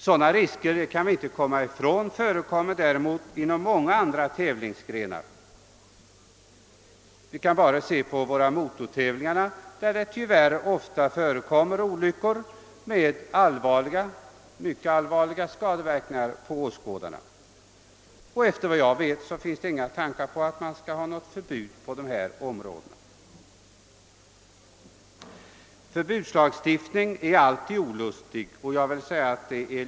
Sådana risker förekommer däremot inom många andra tävlingsgrenar. Vid t.ex. motortävlingar förekommer det tyvärr ofta olyckor, genom vilka åskådare åsamkas mycket allvarliga skador. Efter vad jag känner till finns det dock ingen tanke på något förbud på det området. En förbudslagstiftning är alltid olustig.